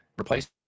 Replace